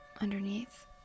underneath